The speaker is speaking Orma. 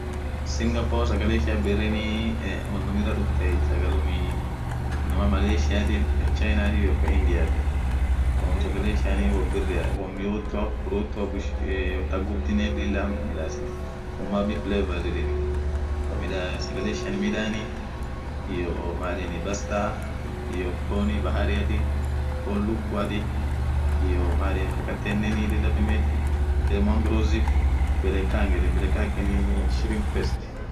Singapore sagale ishin birrini eiii won namiraa dhufthee sagalumii inamaa maleysiati kaa chinati iyoo Kaa indiati won sagale ishian sagale biria won miyothuaf khurothua bush iii thaa ghubdu lila midhasiti umami flavours sagale ishian midhani iyo maaan yedheni paster iyo fonn bahariati fonn lukuati iyoo maan yedheni kakatenen lila tumeti ilmo khuruzif berre khang shirimpest